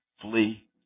flee